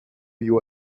you